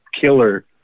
killer